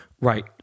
Right